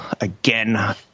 Again